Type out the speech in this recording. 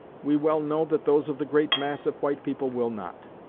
we well know that those of the great mass of white people will not.